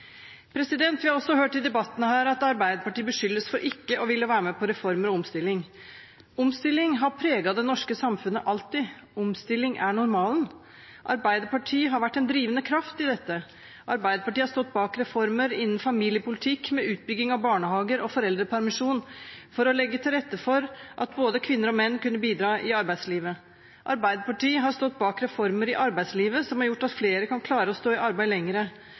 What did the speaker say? Vi har også hørt i debattene her at Arbeiderpartiet beskyldes for ikke å ville være med på reformer og omstilling. Omstilling har preget det norske samfunnet alltid. Omstilling er normalen. Arbeiderpartiet har vært en drivende kraft i dette. Arbeiderpartiet har stått bak reformer innen familiepolitikk med utbygging av barnehager og foreldrepermisjon for å legge til rette for at både kvinner og menn kunne bidra i arbeidslivet. Arbeiderpartiet har stått bak reformer i arbeidslivet som har gjort at flere kan klare å stå lenger i arbeid.